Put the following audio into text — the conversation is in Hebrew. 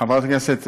חברת הכנסת ורבין,